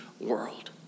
world